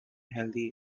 healthy